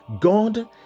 God